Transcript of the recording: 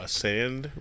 sand